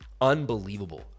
unbelievable